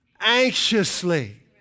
anxiously